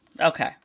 okay